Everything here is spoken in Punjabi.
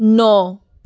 ਨੌਂ